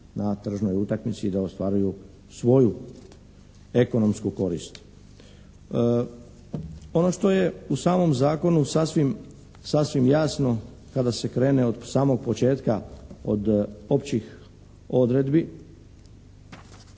na tržnoj utakmici i da ostvaruju svoju ekonomsku korist. Ono što je u samom zakonu sasvim jasno kada se krene od samog početka, od općih odredbi